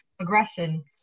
aggression